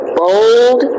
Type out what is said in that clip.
bold